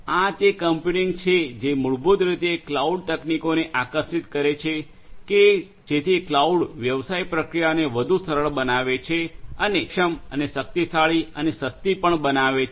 આ તે કમ્પ્યુટિંગ છે જે મૂળભૂત રીતે ક્લાઉડ તકનીકોને આકર્ષિત કરે છે કે જેથી ક્લાઉડ વ્યવસાય પ્રક્રિયાઓને વધુ સરળ બનાવે છે અને વધુ કાર્યક્ષમ અને શક્તિશાળી અને સસ્તી પણ બનાવે છે